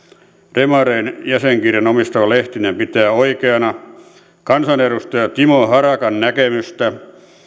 demareiden jäsenkirjan omistava lehtinen pitää oikeana kansanedustaja timo harakan näkemystä